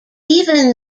even